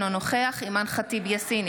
אינו נוכח אימאן ח'טיב יאסין,